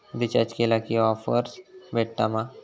Recharge केला की offers भेटात मा?